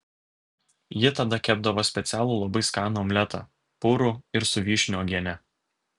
ji tada kepdavo specialų labai skanų omletą purų ir su vyšnių uogiene